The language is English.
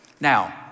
Now